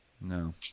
no